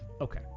Okay